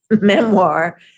memoir